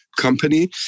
Company